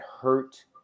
hurt